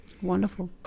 Wonderful